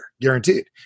Guaranteed